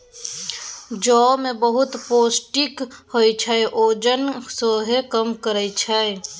जौ मे बहुत पौष्टिक होइ छै, ओजन सेहो कम करय छै